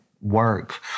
work